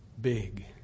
big